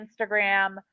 Instagram